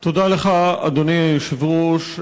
אדוני היושב-ראש,